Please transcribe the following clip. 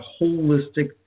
holistic